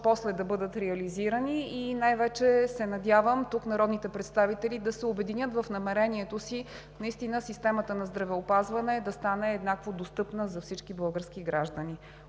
после да бъдат реализирани, и най-вече се надявам тук народните представители да се обединят в намерението си наистина системата на здравеопазване да стане еднакво достъпна за всички български граждани.